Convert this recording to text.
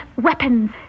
weapons